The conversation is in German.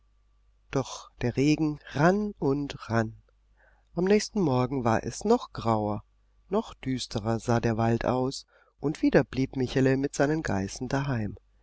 doch der regen rann und rann am nächsten morgen war es noch grauer noch düsterer sah der wald aus und wieder blieb michele mit seinen geißen daheim